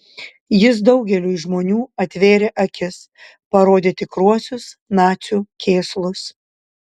jis daugeliui žmonių atvėrė akis parodė tikruosius nacių kėslus